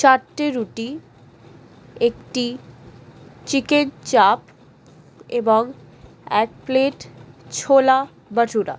চারটে রুটি একটি চিকেন চাপ এবং এক প্লেট ছোলা ভাটুরা